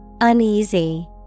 Uneasy